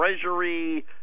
treasury